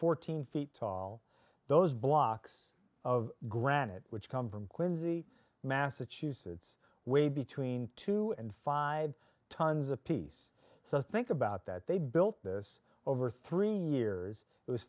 fourteen feet tall those blocks of granite which come from quincy massachusetts way between two and five tons apiece so think about that they built this over three years it was